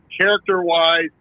character-wise